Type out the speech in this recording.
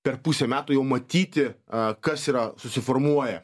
per pusę metų jau matyti a kas yra susiformuoja